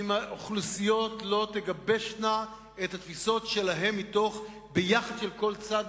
אם האוכלוסיות לא תגבשנה את התפיסות שלהן מתוך ה"ביחד" של כל צד,